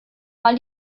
mal